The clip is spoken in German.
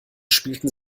spielten